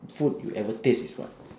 food you ever taste is what